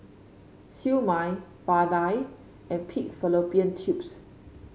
Siew Mai vadai and Pig Fallopian Tubes